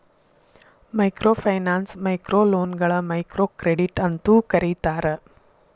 microfinance ಮೈಕ್ರೋಲೋನ್ಗಳ microcredit ಅಂತೂ ಕರೇತಾರ